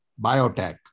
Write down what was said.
biotech